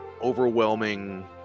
overwhelming